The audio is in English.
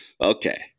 Okay